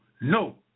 no